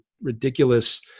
ridiculous